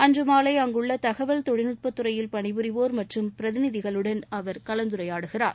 அன்று மாலை அங்குள்ள தகவல் தொழில்நுட்ப துறையில் பணிபுரிவோா் மற்றும் பிரதிநிதிகளுடன் அவா கலந்துரையாடுகிறார்